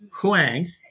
Huang